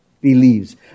believes